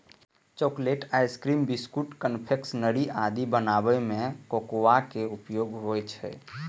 chocolate, ice cream, biscuit, confectionery आदि बनाबै मे कोकोआ के उपयोग होइ छै